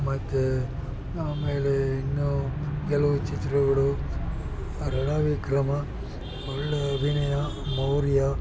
ಮತ್ತು ಆಮೇಲೆ ಇನ್ನೂ ಕೆಲವು ಚಿತ್ರಗಳು ರಣವಿಕ್ರಮ ಒಳ್ಳೆಯ ಅಭಿನಯ ಮೌರ್ಯ